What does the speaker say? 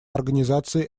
организации